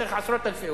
וצריך עשרות אלפים,